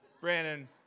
Brandon